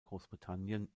großbritannien